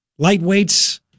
Lightweights